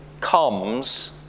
comes